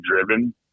driven